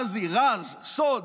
ע'אזי: רז, סוד,